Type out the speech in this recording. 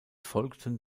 folgten